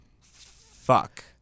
fuck